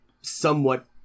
somewhat